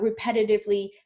repetitively